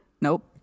Nope